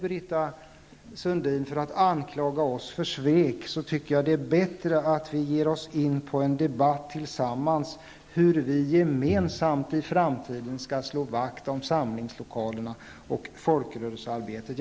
Britta Sundin anklagar oss för svek. Det vore bättre om vi i stället kunde ge oss in på en debatt tillsammans om hur vi gemensamt i framtiden skall kunna slå vakt om samlingslokalerna och folkrörelsearbetet.